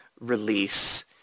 release